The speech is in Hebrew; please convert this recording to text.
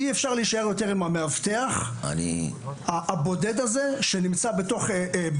אי אפשר יותר להישאר עם המאבטח הבודד הזה שנמצא בבנק,